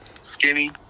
skinny